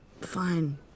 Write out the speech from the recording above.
Fine